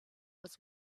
was